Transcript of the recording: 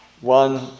one